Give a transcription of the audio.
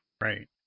Right